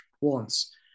wants